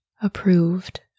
approved